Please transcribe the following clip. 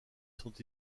sont